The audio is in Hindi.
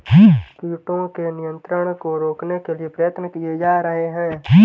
कीटों के नियंत्रण को रोकने के लिए प्रयत्न किये जा रहे हैं